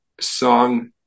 Song